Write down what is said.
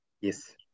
Yes